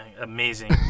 amazing